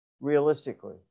realistically